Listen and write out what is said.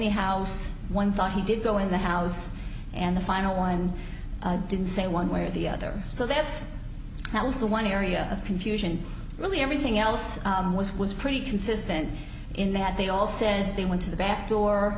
the house one thought he did go in the house and the final line didn't say one way or the other so that's now is the one area of confusion really everything else was was pretty consistent in that they all said they went to the back door